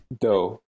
Dough